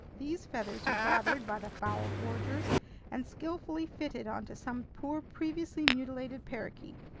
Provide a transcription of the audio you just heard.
these feathers are gathered by the fowl forgers and skillfully fitted onto some poor previously mutilated parakeet.